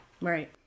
Right